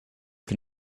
can